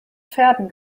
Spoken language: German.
pferden